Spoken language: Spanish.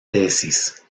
tesis